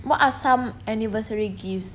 what are some anniversary gifts